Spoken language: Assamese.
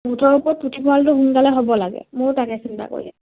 মুঠৰ ওপৰত পুথিভঁৰালটো সোনকালে হ'ব লাগে ময়ো তাকে চিন্তা কৰি